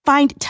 Find